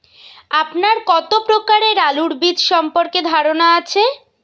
আপনার কত প্রকারের আলু বীজ সম্পর্কে ধারনা আছে?